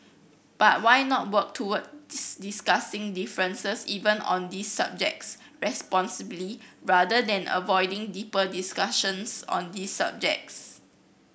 but why not work towards discussing differences even on these subjects responsibly rather than avoiding deeper discussions on these subjects